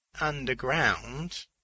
underground